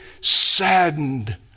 saddened